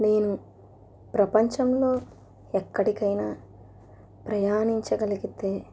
నేను ప్రపంచంలో ఎక్కడికైనా ప్రయాణించగలిగితే